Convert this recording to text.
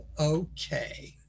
okay